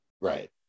Right